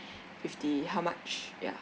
fifty how much ya